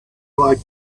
like